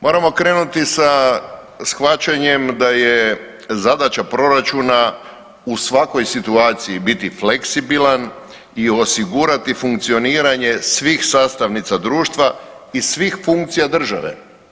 Moramo krenuti sa shvaćanjem da je zadaća proračuna u svakoj situaciji biti fleksibilan i osigurati funkcioniranje svih sastavnica društva i svih funkcija države.